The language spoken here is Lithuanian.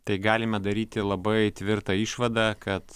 tai galime daryti labai tvirtą išvadą kad